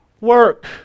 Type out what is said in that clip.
work